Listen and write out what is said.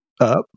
up